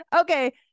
Okay